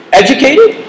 educated